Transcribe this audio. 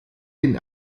den